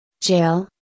Jail